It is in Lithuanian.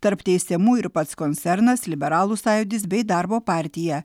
tarp teisiamųjų ir pats koncernas liberalų sąjūdis bei darbo partija